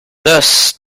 thus